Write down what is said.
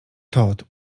todt